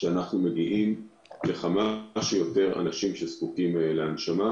שאנחנו מצליחים להגיע לכמה שיותר אנשים שזקוקים להנשמה,